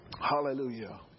Hallelujah